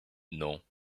non